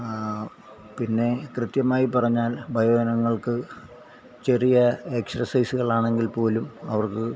പിന്നെ കൃത്യമായി പറഞ്ഞാൽ വയോജനങ്ങൾക്ക് ചെറിയ എക്സർസൈസുകൾ ആണെങ്കിൽ പോലും അവർക്ക്